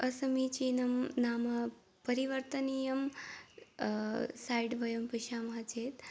असमीचीनं नाम परिवर्तनीयं सैड् वयं पश्यामः चेत्